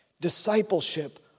Discipleship